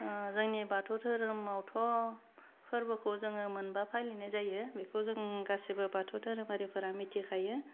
जोंनि बाथौ दोरोमावथ' फोरबोखौ जोङो मोनबा फालिनाय जायो बेखौ जों गासिबो बाथौ धोरोमारिफोरा मिथिखायो